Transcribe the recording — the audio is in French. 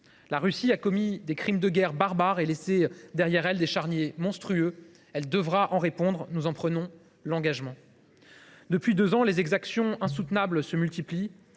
La Russie a commis des crimes de guerre barbares et a laissé derrière elle des charniers monstrueux. Elle devra en répondre : nous en prenons l’engagement. Depuis deux ans, les exactions insoutenables se multiplient